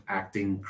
acting